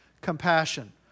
compassion